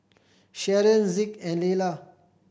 Sharon Zeke and Leila